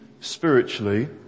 spiritually